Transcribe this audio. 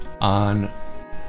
on